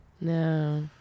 No